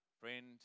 Friend